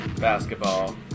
Basketball